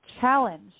challenge